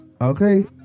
okay